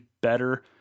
better